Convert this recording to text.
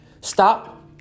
Stop